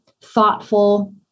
thoughtful